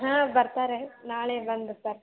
ಹಾಂ ಬರ್ತಾರೆ ನಾಳೆ ಬಂದು ಬ